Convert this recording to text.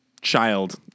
child